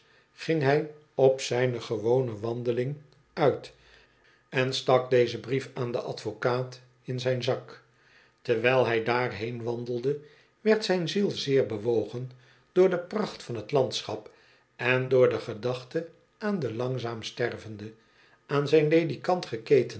ging hij op zijne gewone wandeling uit en stak dezen brief aan den advocaat in zijn zak terwijl hij daarheen wandelde werd zijn ziel zeer bewogen door de pracht van t landschap en door de gedachte aan den langzaam stervenden aan zijn